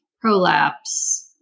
prolapse